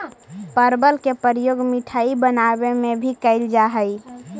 परवल के प्रयोग मिठाई बनावे में भी कैल जा हइ